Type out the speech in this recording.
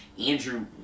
Andrew